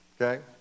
Okay